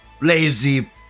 Lazy